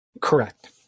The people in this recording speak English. Correct